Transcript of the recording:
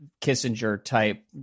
Kissinger-type